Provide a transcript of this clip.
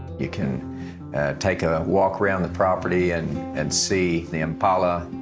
you can take a walk around the property and and see the impala.